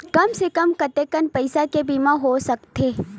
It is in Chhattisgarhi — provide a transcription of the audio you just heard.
कम से कम कतेकन पईसा के बीमा हो सकथे?